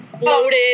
Loaded